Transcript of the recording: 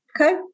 okay